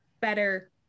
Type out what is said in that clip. better